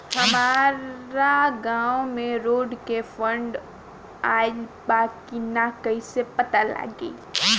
हमरा गांव मे रोड के फन्ड आइल बा कि ना कैसे पता लागि?